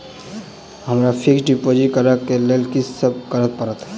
हमरा fix deposit करऽ केँ लेल की सब करऽ पड़त?